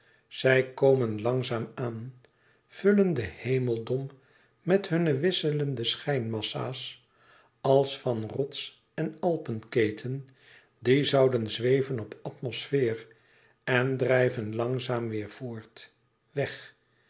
zij komen langzaam aan vullen den hemeldom met hunne wisselende schijn massas als van rotsen alpenketen die zouden zweven op atmosfeer en drijven langzaam weêr voort weg